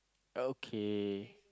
okay